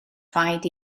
rhaid